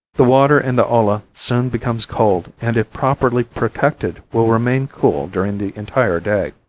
the water in the olla soon becomes cold and if properly protected will remain cool during the entire day.